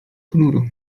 ponuro